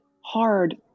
hard